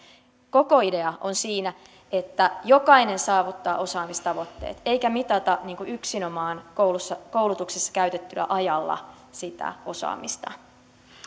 koko idea on siinä että jokainen saavuttaa osaamistavoitteet eikä mitata yksinomaan koulutuksessa käytetyllä ajalla sitä osaamista